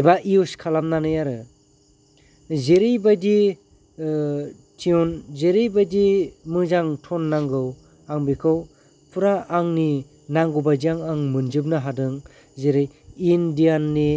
एबा इउस खालामनानै आरो जेरैबायदि टिउन जेरैबायदि मोजां टन नांगौ आं बेखौ फुरा आंनि नांगौबायदि आं मोनजोबनो हादों जरै इण्डियाननि